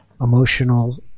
emotional